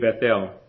Bethel